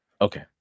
Okay